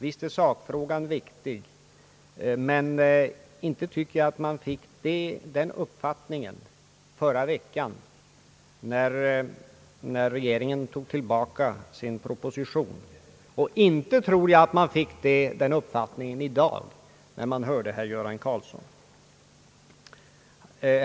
Visst är sakfrågan viktig, men inte fick man den uppfattningen i förra veckan, när regeringen tog tillbaka sin proposition, och inte tror jag att man fått den uppfattningen i dag efter att ha hört herr Göran Karlssons anförande.